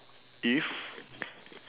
if